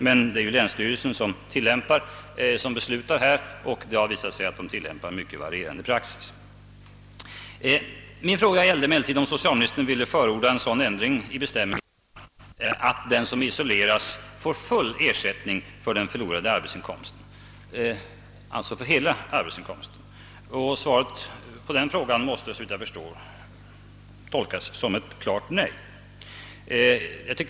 Men det är länsstyrelserna som beslutar i sådana fall, och det har visat sig att de tillämpar mycket varierande praxis. Min fråga gällde emellertid huruvida socialministern ville förorda en sådan ändring i bestämmelserna att den som isolerats får full ersättning för den förlorade arbetsinkomsten. Och svaret på den frågan måste såvitt jag förstår tolkas som ett klart nej.